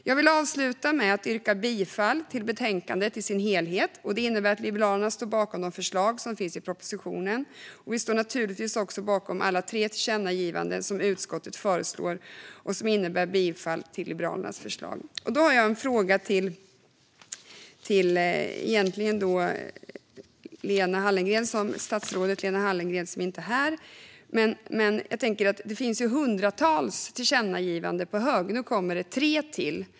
Jag yrkar bifall till förslaget i betänkandet i dess helhet. Det innebär att Liberalerna står bakom de förslag som finns i propositionen. Vi står naturligtvis också bakom alla tre tillkännagivanden som utskottet föreslår och som innebär bifall till Liberalernas förslag. Jag har en fråga jag vill ställa till statsrådet Lena Hallengren, som inte är här. Det finns hundratals tillkännagivanden på hög. Nu kommer det tre till.